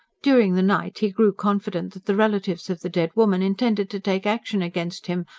during the night he grew confident that the relatives of the dead woman intended to take action against him,